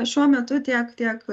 šiuo metu tiek tiek